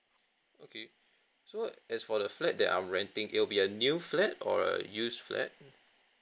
okay so as for the flat that I'm renting it will be a new flat or a used flat